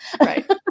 Right